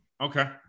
Okay